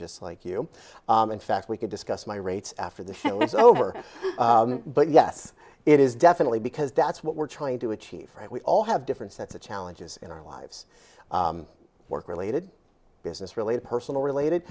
just like you in fact we could discuss my rates after the show is over but yes it is definitely because that's what we're trying to achieve we all have different sets of challenges in our lives work related business related personal related